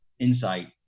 insight